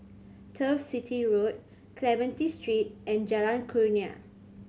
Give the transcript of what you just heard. Turf City Road Clementi Street and Jalan Kurnia